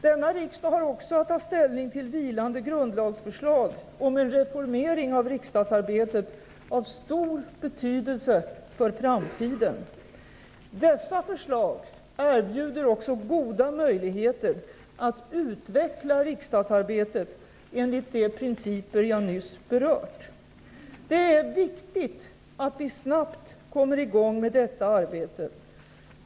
Denna riksdag har också att ta ställning till vilande grundlagsförslag om en reformering av riksdagsarbetet av stor betydelse för framtiden. Dessa förslag erbjuder också goda möjligheter att utveckla riksdagsarbetet enligt de principer jag nyss berört. Det är viktigt att vi snabbt kommer i gång med detta arbete.